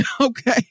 okay